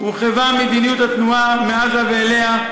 הורחבה מדיניות התנועה מעזה ואליה,